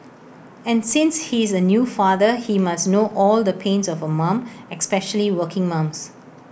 and since he's A new father he must know all the pains of A mum especially working mums